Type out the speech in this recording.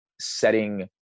setting